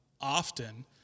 often